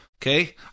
Okay